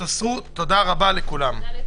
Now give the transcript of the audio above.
הרביזיות הוסרו, תודה רבה לכולם.